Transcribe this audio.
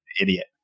idiot